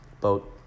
boat